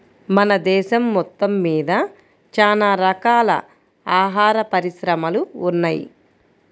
మన దేశం మొత్తమ్మీద చానా రకాల ఆహార పరిశ్రమలు ఉన్నయ్